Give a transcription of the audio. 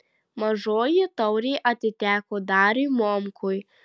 mažoji taurė atiteko dariui momkui